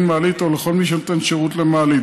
מעלית או לכל מי שנותן שירות למעלית.